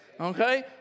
okay